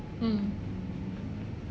mm